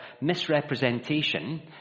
misrepresentation